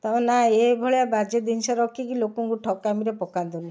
ତମେ ନା ଏ ଭଳିଆ ବାଜେ ଜିନିଷ ରଖି କି ଲୋକଙ୍କୁ ଠକାମୀରେ ପକାନ୍ତୁ ନି